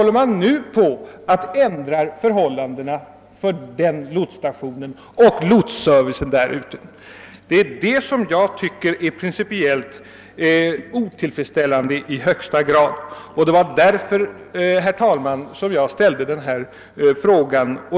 Detta tycker jag är i högsta grad principiellt otillfredsställande, och det var anledningen till att jag ställde min fråga.